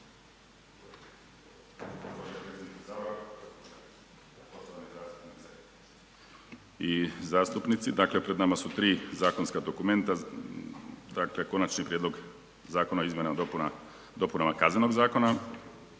uključen./ … Dakle pred nama su tri zakonska dokumenta Konačni prijedlog Zakona o izmjenama i dopunama Kaznenog zakona,